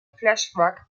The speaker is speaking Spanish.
flashback